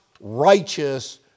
righteous